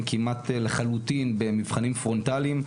כרגע כמעט לחלוטין במבחנים פרונטליים.